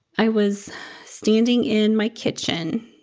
i was standing in my kitchen.